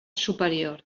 superior